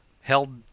held